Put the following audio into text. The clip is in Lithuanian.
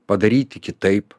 padaryti kitaip